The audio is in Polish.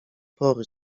pory